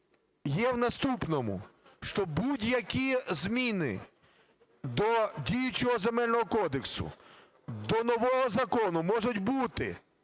є в наступному, що будь-які зміни до діючого Земельного кодексу, до нового закону можуть бути